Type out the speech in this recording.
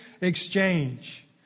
exchange